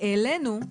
העלינו,